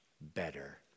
better